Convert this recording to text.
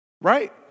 Right